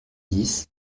dix